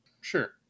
sure